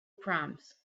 proms